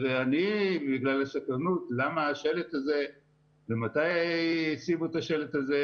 בגלל הסקרנות למה השלט הזה ומתי הציבו את השלט הזה,